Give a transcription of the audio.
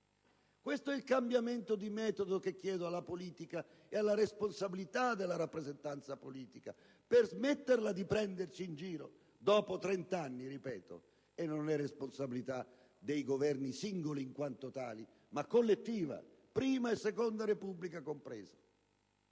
Questo è il cambiamento di metodo che chiedo alla politica e alla responsabilità della rappresentanza politica, per smetterla di prenderci in giro, dopo trent'anni; e ciò non è responsabilità dei singoli Governi in quanto tali, ma collettiva, prima e seconda Repubblica comprese.